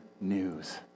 news